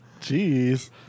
Jeez